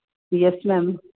yes madam